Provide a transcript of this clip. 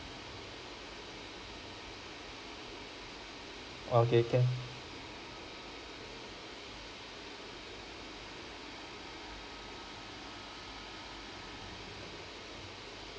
okay can